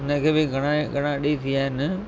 उन खे बि घणा घणा ॾींहं थी विया आहिनि